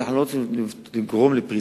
אנחנו לא רוצים לגרום לפריצה.